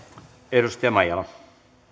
arvoisa puhemies